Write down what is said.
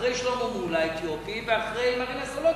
אחרי שלמה מולה האתיופי ואחרי מרינה סולודקין,